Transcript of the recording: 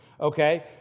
okay